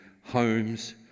homes